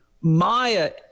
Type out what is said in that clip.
maya